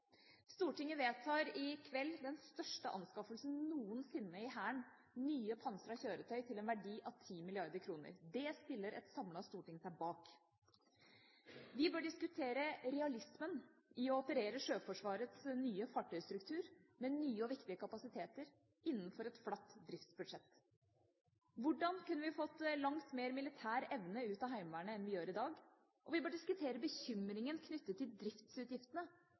Stortinget vedtar i kveld den største anskaffelsen noensinne i Hæren, nye pansrede kjøretøy til en verdi av 10 mrd. kr. Det stiller et samlet storting seg bak. Vi bør diskutere realismen i å operere Sjøforsvarets nye fartøystruktur med nye og viktige kapasiteter innenfor et flatt driftsbudsjett. Hvordan kunne vi fått langt mer militær evne ut av Heimevernet enn vi gjør i dag? Vi bør også diskutere bekymringen knyttet til driftsutgiftene